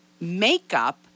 makeup